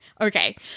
Okay